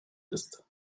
ist